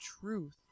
truth